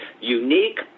unique